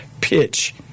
pitch